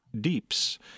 deeps